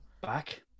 Back